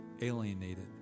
alienated